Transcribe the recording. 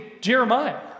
Jeremiah